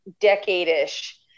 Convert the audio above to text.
decade-ish